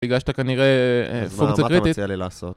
בגלל שאתה כנראה פונקציה קריטית... מה, מה אתה מציע לי לעשות?